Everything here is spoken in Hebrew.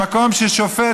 במקום ששופט,